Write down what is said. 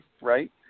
right